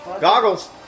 Goggles